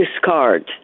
discard